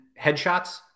headshots